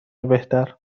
بهتر